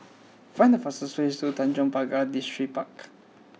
find the fastest way to Tanjong Pagar Distripark